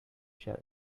shelf